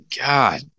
God